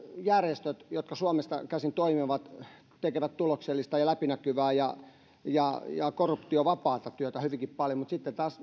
järjestöt jotka suomesta käsin toimivat tekevät tuloksellista ja läpinäkyvää ja ja korruptiovapaata työtä hyvinkin paljon mutta sitten taas